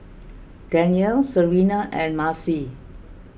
Danyelle Serena and Marcie